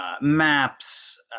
maps